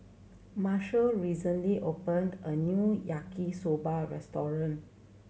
Marshall recently opened a new Yaki Soba restaurant